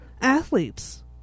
athletes